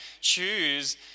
choose